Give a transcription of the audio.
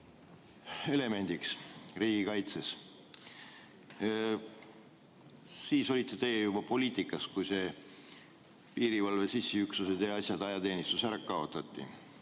elemendiks riigikaitses. Siis olite teie juba poliitikas, kui piirivalve sissiüksused ja ajateenistus ära kaotati.